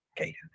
Okay